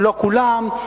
לא כולם,